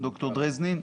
ד"ר דרזנין.